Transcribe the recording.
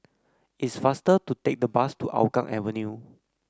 it's faster to take the bus to Hougang Avenue